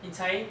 你才